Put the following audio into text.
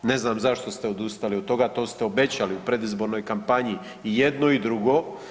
Ne znam zašto ste odustali od toga, to ste obećali u predizbornoj kampanji, i jedno i drugo.